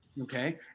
Okay